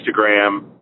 Instagram